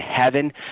heaven